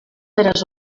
eres